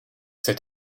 cet